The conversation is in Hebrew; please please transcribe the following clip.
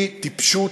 היא טיפשות,